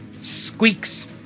Squeaks